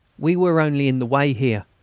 we were only in the way here,